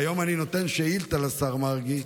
והיום אני נותן שאילתה לשר מרגי,